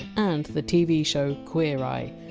and the tv show queer eye,